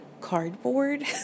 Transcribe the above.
cardboard